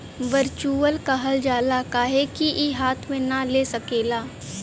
virtual कहल जाला काहे कि ई हाथ मे ना ले सकेला